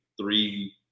three